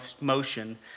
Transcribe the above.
motion